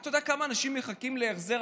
אתה יודע כמה אנשים מחכים להחזר?